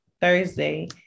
Thursday